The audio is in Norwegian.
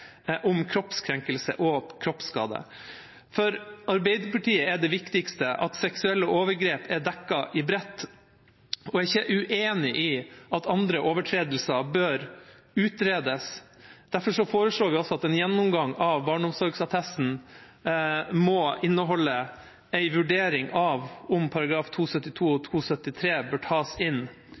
om kroppskrenkelse og kroppsskade. For Arbeiderpartiet er det viktigste at seksuelle overgrep er dekket i bredt, og vi er ikke uenig i at andre overtredelser bør utredes. Derfor foreslår vi også at en gjennomgang av barneomsorgsattesten må inneholde en vurdering av om §§ 272 og 273 bør tas inn